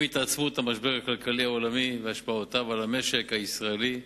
עם התעצמות המשבר הכלכלי העולמי והשפעותיו על המשק הישראלי,